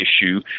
issue